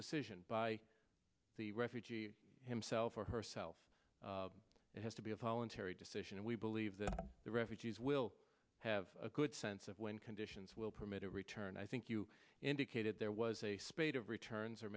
decision by the refugee himself or herself it has to be a voluntary decision and we believe that the refugees will have a good sense of when conditions will permit return i think you indicated there was a spate of returns or